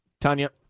Tanya